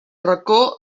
racó